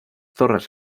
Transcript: torres